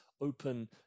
open